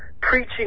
preaching